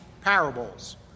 parables